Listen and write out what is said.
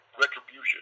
Retribution